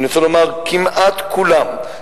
אני רוצה לומר: כמעט כולם,